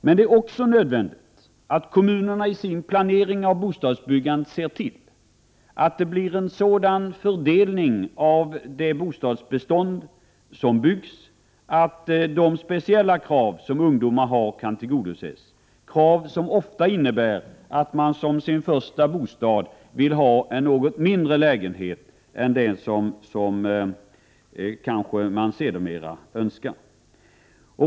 Men det är också nödvändigt att kommunerna i sin planering av bostadsbyggandet ser till att det blir en sådan fördelning av de bostäder som byggs att de speciella krav som ungdomar har kan tillgodoses, krav som ofta innebär att man som sin första bostad vill ha en något mindre lägenhet än den som man kanske sedermera önskar.